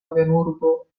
havenurbo